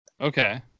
Okay